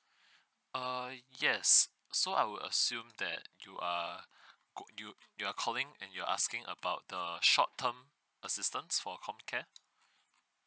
err yes so I would assume that you are cou~ you you're calling and you're asking about the short term assistance for comcare